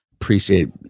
Appreciate